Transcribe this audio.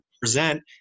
present